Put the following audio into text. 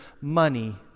money